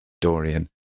Dorian